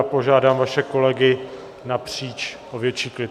Požádám vaše kolegy napříč o větší klid.